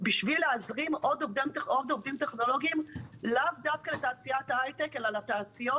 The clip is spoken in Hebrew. כדי להזרים עוד עובדים טכנולוגיים לאו דווקא לתעשיית ההייטק אלא לתעשיות